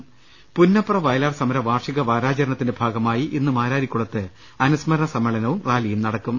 ്്്്് പുന്നപ്ര വയലാർ സമര വാർഷിക വാരാചരണത്തിന്റെ ഭാഗമായി ഇന്ന് മാരാരിക്കുളത്ത് അനുസ്മരണ സമ്മേളനവും റാലിയും നടക്കും